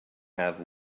have